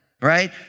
right